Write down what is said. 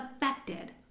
affected